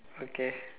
okay